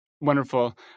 Wonderful